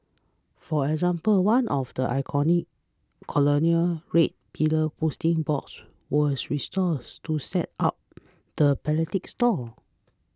for example one of the iconic colonial red pillar posting boxes was restores to set up the philatelic stone